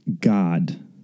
God